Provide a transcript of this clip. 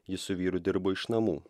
ji su vyru dirbo iš namų